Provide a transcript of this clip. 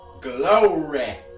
Glory